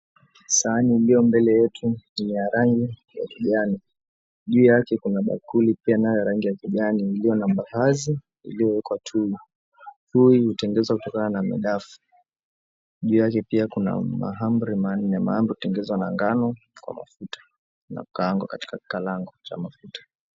Sahani iliyo mbele yetu ni ya rangi ya kijani. Juu yake kuna bakuli pia nayo rangi ya kijani iliyo na mbaazi iliyowekwa tuma. Huu hutengenezwa kutokana na madafu. Juu yake pia kuna mahamri manne. Mahamri hutengenezwa na ngano kwa mafuta na kukaangwa katika kilango ya mafuta.